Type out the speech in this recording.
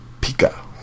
Pika